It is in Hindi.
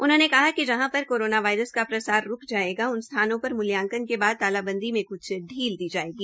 उन्होंने कहा कि जहां पर कोरोना वायरस का प्रसार रूक जायेगा उन स्थानों पर मूल्यांकन के बाद तालाबंदी में क्छ शील दी जायेगी